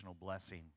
blessing